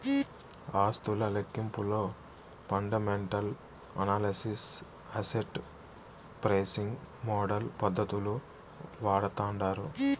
ఆస్తుల లెక్కింపులో fundamental analysis, asset pricing model పద్దతులు వాడతాండారు